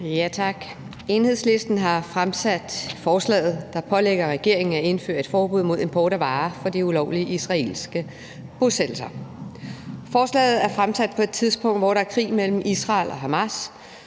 Tak. Enhedslisten har fremsat forslaget, der pålægger regeringen at indføre et forbud mod import af varer fra de ulovlige israelske bosættelser. Forslaget er fremsat på et tidspunkt, hvor der er krig mellem Israel og Hamas,